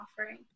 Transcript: offering